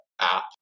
app